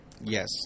Yes